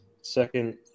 Second